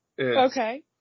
Okay